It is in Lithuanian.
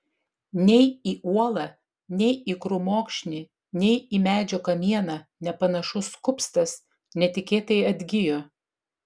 nei į uolą nei į krūmokšnį nei į medžio kamieną nepanašus kupstas netikėtai atgijo